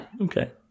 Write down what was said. Okay